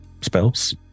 spells